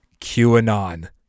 QAnon